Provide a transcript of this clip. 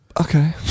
Okay